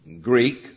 Greek